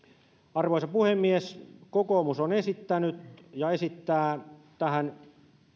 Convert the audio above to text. arvoisa puhemies kokoomus on esittänyt ja esittää tähän